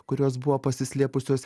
kurios buvo pasislėpusios